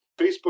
facebook